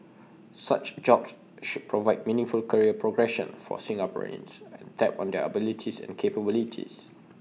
such jobs should provide meaningful career progression for Singaporeans and tap on their abilities and capabilities